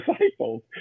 disciples